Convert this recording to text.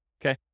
Okay